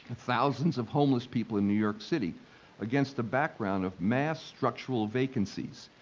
thousands of homeless people in new york city against a background of mass structural vacancies.